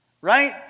right